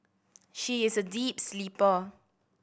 she is a deep sleeper